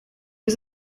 was